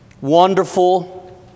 wonderful